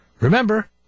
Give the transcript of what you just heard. Remember